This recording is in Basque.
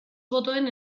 botoen